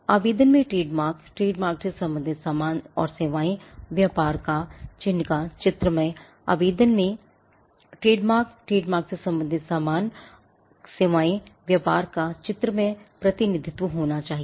आवेदन में trademark trademark से संबंधित सामान और सेवाएँ व्यापार चिह्न का चित्रमय प्रतिनिधित्व होना चाहिए